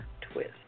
twist